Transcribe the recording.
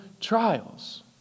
trials